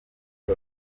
rwa